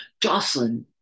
Jocelyn